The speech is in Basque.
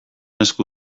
esku